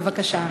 בבקשה.